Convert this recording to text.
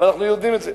ואנחנו יודעים את זה.